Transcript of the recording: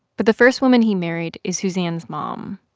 but the first woman he married is suzanne's mom.